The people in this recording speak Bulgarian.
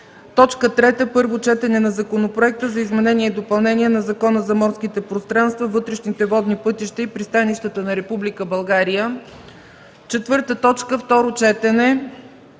Стоичков. 3. Първо четене на законопроекта за изменение и допълнение на Закона за морските пространства, вътрешните водни пътища и пристанищата на Република България. 4. Второ четене